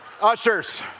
Ushers